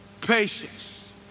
patience